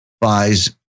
buys